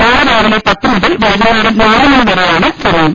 നാളെ രാവിലെ പത്ത് മുതൽ വൈകുന്നേരം നാലു മണി വരെയാണ് സമയം